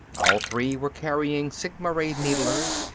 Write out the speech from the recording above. all three were carrying sigma-ray needlers,